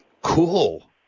Cool